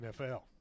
NFL